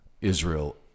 Israel